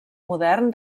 modern